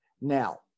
Now